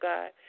God